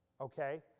Okay